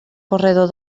corredor